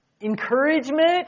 Encouragement